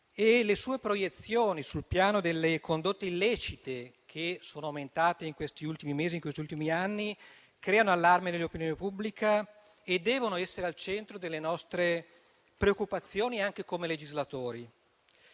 le sue proiezioni sul piano delle condotte illecite, che sono aumentate in questi ultimi mesi e in questi ultimi anni, creino allarme nell'opinione pubblica e che devono essere al centro delle nostre preoccupazioni, anche come legislatori.